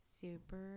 super